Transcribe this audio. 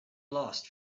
lost